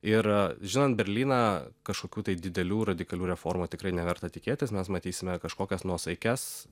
ir žinant berlyną kažkokių tai didelių radikalių reformų tikrai neverta tikėtis mes matysime kažkokias nuosaikias